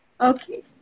Okay